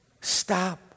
Stop